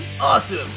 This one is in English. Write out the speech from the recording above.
Awesome